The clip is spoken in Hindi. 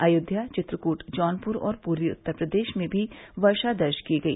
अयोध्या चित्रकृट जौनपूर और पूर्वी उत्तर प्रदेश में भी वर्षा दर्ज की गई